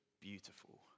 beautiful